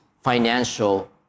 financial